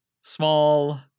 small